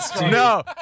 no